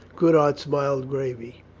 goodhart smiled gravely.